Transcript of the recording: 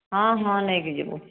ହଁ ହଁ ନେଇକି ଯିବୁ